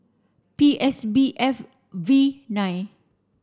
P S B F V nine